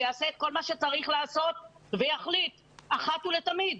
שיעשה את כל מה שצריך לעשות ויחליט אחת לתמיד.